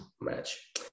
match